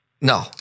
No